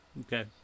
Okay